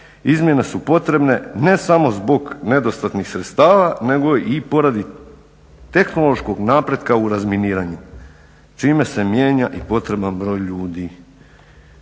Izmjene su potrebne ne samo zbog nedostatnih sredstava nego i poradi tehnološkog napretka u razminiranju čime se mijenja i potreban broj ljudi".